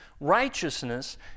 Righteousness